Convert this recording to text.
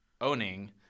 owning